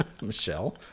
Michelle